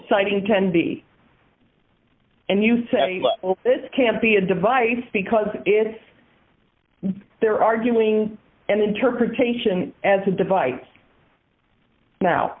signing can be and you say it can't be a device because if they're arguing and interpretation as a device now